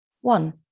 One